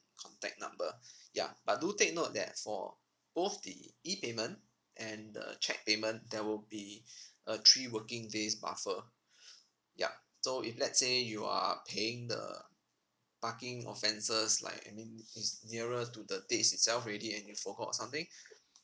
contact number ya but do take note that for both the E payment and the cheque payment there will be a three working days buffer yup so if let's say you are paying the parking offences like I mean it's nearer to the dates itself already and you forgot or something